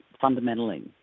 fundamentally